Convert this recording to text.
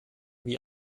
wie